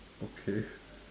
okay